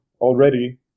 already